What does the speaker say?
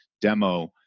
demo